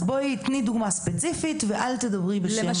אז בואי תני דוגמה ספציפית ואל תדברי בשם הכלל.